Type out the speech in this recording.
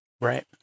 Right